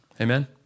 Amen